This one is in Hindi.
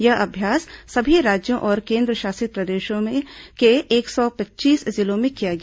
यह अभ्यास सभी राज्यों और केन्द्रशासित प्रदेशों के एक सौ पच्चीस जिलों में किया गया